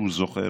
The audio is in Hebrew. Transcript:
שהוא זוכר,